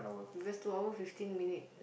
that's two hour fifteen minute